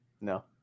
No